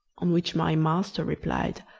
on which my master replied,